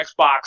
Xbox